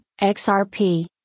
XRP